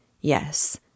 Yes